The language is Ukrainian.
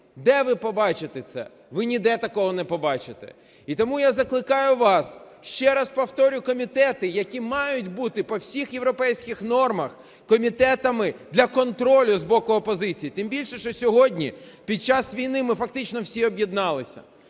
Де ви побачите це? Ви ніде такого не побачите. І тому я закликаю вас, ще раз повторю, комітети, які мають бути по всіх європейських нормах комітетами для контролю з боку опозиції, тим більше, що сьогодні під час війни ми фактично всі об'єдналися.